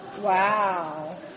Wow